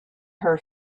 her